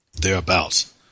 thereabouts